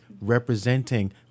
representing